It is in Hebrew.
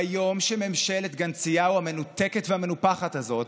ביום שממשלת גנציהו המנותקת והמנופחת הזאת,